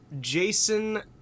Jason